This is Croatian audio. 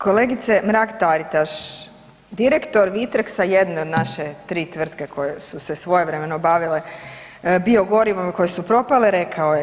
Kolegice Mrak Taritaš, direktor Vitrexa jedne od naše tri tvrtke koje su se svojevremeno bavile biogorivom i koje su propale rekao je.